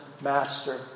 master